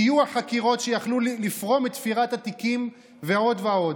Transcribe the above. טיוח חקירות שיכלו לפרום את תפירת התיקים ועוד ועוד.